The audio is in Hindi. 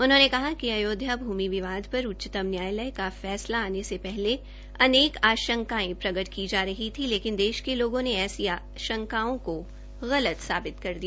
उन्होंने कहा कि अयोध्या भूमि विवाद र उच्चतम न्यायालय का फैसला आने से हले अनेक अंशकायें प्रकट की जा रही थी लेकिन देश के लोगों ने ऐसी आकांशाओं को गलत साबित कर दिया